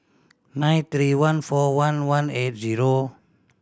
nine three one four one one eight zero